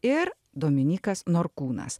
ir dominykas norkūnas